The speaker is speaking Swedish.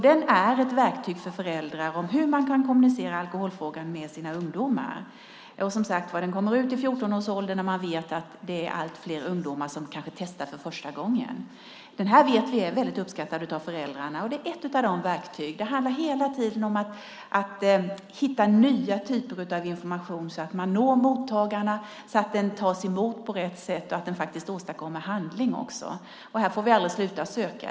Den är ett verktyg för föräldrar om hur man kan kommunicera om alkoholfrågan med sina ungdomar. Som sagt kommer den i 14-årsåldern, då man vet att det är allt fler ungdomar som testar för första gången. Den här boken vet vi är väldigt uppskattad av föräldrarna. Den är ett verktyg. Det handlar hela tiden om att hitta nya typer av information som når mottagarna, tas emot på rätt sätt och åstadkommer handling. Här får vi aldrig sluta söka.